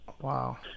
Wow